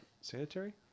Sanitary